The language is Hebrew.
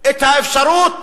את האפשרות